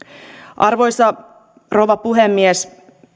arvoisa rouva puhemies